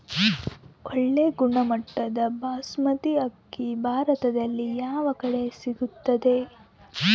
ಒಳ್ಳೆ ಗುಣಮಟ್ಟದ ಬಾಸ್ಮತಿ ಅಕ್ಕಿ ಭಾರತದಲ್ಲಿ ಯಾವ ಕಡೆ ಸಿಗುತ್ತದೆ?